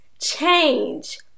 change